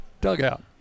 dugout